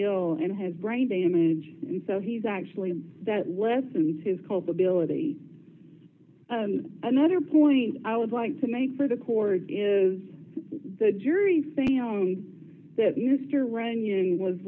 ill and has brain damage and so he's actually that lessens his culpability another point i would like to make for the court is the jury thing on that eas